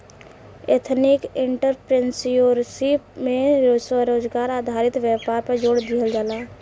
ethnic entrepreneurship में स्वरोजगार आधारित व्यापार पर जोड़ दीहल जाला